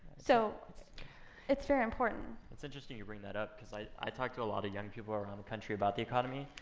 so it's it's very important. it's interesting you bring that up, cause i talk to a lot of young people around the country about the economy,